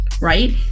Right